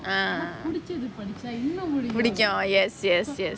ah பிடிக்கும்:pidikum yes yes yes